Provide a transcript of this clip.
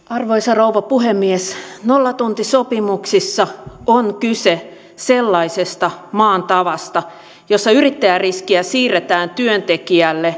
arvoisa rouva puhemies nollatuntisopimuksissa on kyse sellaisesta maan tavasta jossa yrittäjäriskiä siirretään työntekijälle